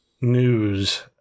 news